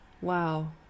Wow